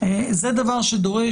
זה דבר שדורש,